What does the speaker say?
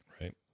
Right